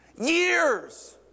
Years